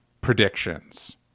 predictions